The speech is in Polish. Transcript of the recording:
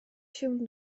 się